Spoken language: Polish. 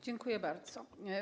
Dziękuję bardzo.